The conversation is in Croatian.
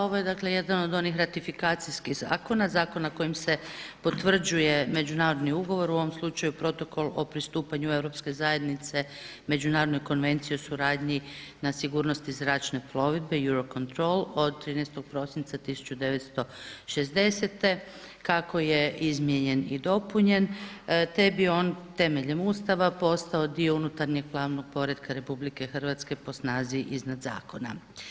Ovo je dakle jedan od onih ratifikacijskih zakona, zakona kojim se potvrđuje međunarodni ugovor u ovom slučaju Protokol o pristupanju Europske zajednici Međunarodnoj konvenciji o suradnji na sigurnosti zračne plovidbe Eurocontrol od 13. prosinca 1960. kako je izmijenjen i dopunjen, te bi on temeljem Ustava postao dio unutarnjeg pravnog poretka RH po snazi iznad zakona.